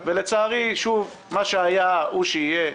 לצערי, שוב, מה שהיה הוא שיהיה.